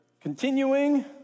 continuing